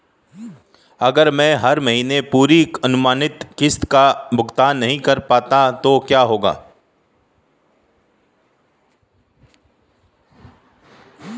अगर मैं हर महीने पूरी अनुमानित किश्त का भुगतान नहीं कर पाता तो क्या होगा?